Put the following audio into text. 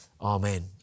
Amen